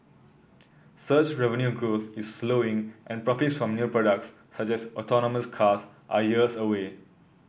search revenue growth is slowing and profits from new products such as autonomous cars are years away